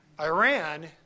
Iran